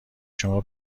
شما